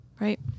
Right